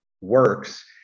works